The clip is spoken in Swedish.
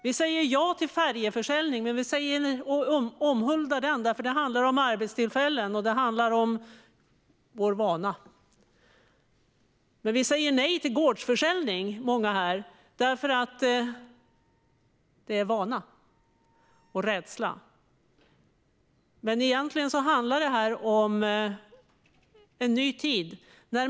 Vi säger ja till färjeförsäljning och omhuldar den, därför att det handlar om arbetstillfällen och om vår vana. Men många här säger nej till gårdsförsäljning av vana och av rädsla. Egentligen handlar det här om en ny tid.